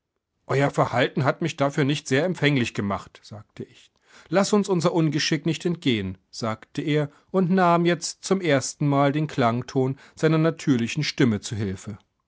euer verhalten hat mich dafür nicht sehr empfänglich gemacht sagte ich laß uns unser ungeschick nicht entgelten sagte er und nahm jetzt zum erstenmal den klageton seiner natürlichen stimme zu hilfe